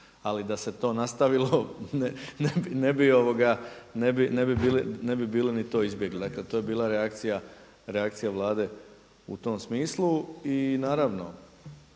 Ali da se to nastavilo ne bi bili ni to izbjegli. Dakle, to je bila reakcija Vlade u tom smislu. I naravno